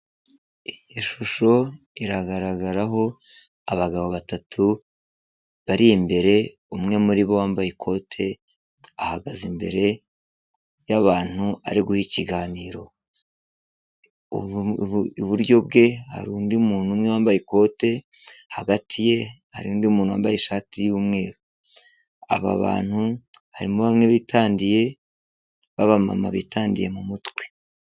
Iyi shusho iragaragaraho abagabo batatu bari imbere umwe muri bo wambaye ikote ahagaze imbere y'abantu ari guha ikiganiro. Iburyo bwe hari undi muntu umwe wambaye ikote, hagati ye hari undi muntu wambaye ishati y'umweru, aba bantu harimo bamwe bitandiye b'abamama bitandiye mu mutwe.